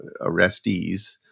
arrestees